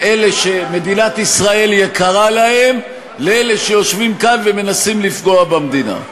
אלה שמדינת ישראל יקרה להם לאלה שיושבים כאן ומנסים לפגוע במדינה,